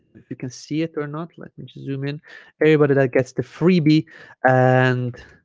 if you can see it or not let me just zoom in everybody that gets the freebie and